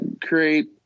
create